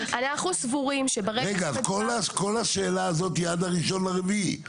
אנחנו סבורים שברגע --- רגע אז כל השאלה הזאתי היא עד ב-1 באפריל?